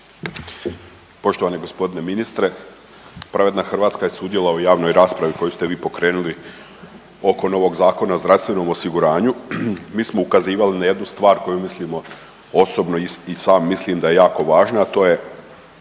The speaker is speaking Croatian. Poštovani gospodine ministre, Pravedna Hrvatska je sudjelovala u javnoj raspravi koju ste vi pokrenuli oko novog Zakona o zdravstvenom osiguranju. Mi smo ukazivali na jednu stvar koju mislimo osobno i sam mislim da je jako važna, a to je